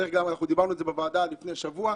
ודיברנו על זה בוועדה לפני שבוע,